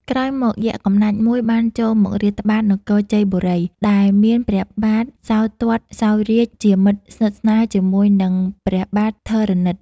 ក្រោយមក យក្សកំណាចមួយបានចូលមករាតត្បាតនគរជ័យបូរី ដែលមានព្រះបាទសោទត្តសោយរាជ្យ ជាមិត្តសិទ្ធស្នាលជាមួយនឹងព្រះបាទធរណិត។